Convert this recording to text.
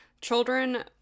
Children